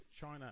China